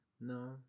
No